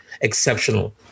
exceptional